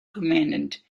commandant